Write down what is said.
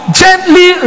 gently